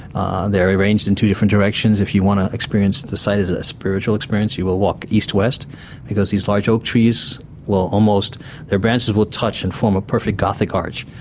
they're arranged in two different directions. if you want to experience the size of that spiritual experience you will walk east-west because these large oak trees will almost their branches will touch and form a perfect gothic arch,